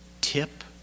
tip